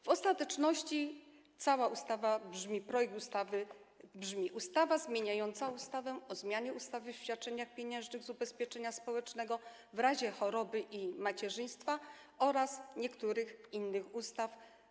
W ostateczności cały tytuł projektowanej ustawy brzmi: „Ustawa zmieniająca ustawę o zmianie ustawy o świadczeniach pieniężnych z ubezpieczenia społecznego w razie choroby i macierzyństwa oraz niektórych innych ustaw”